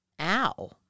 Ow